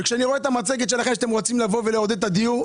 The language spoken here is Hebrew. כשאני רואה את המצגת שלכם שאתם רוצים לבוא ולעודד את הדיור,